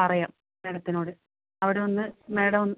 പറയാം മേഡത്തിനോട് അവിടെ ഒന്ന് മേഡം